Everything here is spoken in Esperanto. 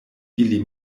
ili